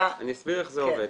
אני אסביר איך זה עובד.